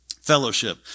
Fellowship